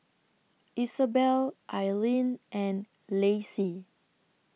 Isabelle Ailene and Lassie